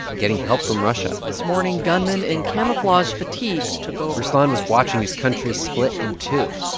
getting help from russia this morning, gunmen in camouflage fatigues took over. ruslan was watching his country split in two,